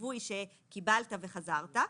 חיווי שקיבלת וחזרת.